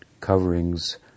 coverings